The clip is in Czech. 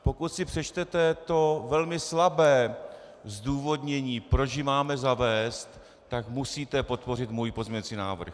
Pokud si přečtete to velmi slabé zdůvodnění, proč ji máme zavést, tak musíte podpořit můj pozměňovací návrh.